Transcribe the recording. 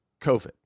COVID